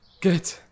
Good